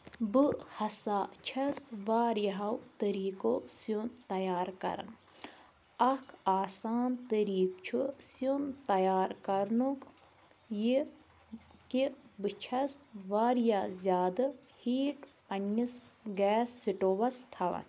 بہٕ ہسا چھَس واریاہَو طریٖقو سیُن تیار کران اَکھ آسان طریٖقہٕ چھُ سیُن تیار کَرنُک یہِ کہِ بہٕ چھَس واریاہ زیادٕ ہیٖٹ پَنٛنِس گیس سِٹوٚوَس تھاوان